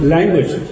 Language